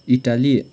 Italy